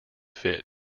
fit